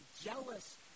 jealous